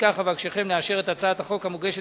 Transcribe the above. ולפיכך אבקשכם לאשר את הצעת החוק המוגשת